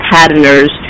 Patterners